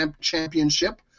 Championship